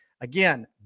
Again